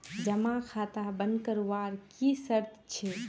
जमा खाता बन करवार की शर्त छे?